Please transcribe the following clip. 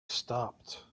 stopped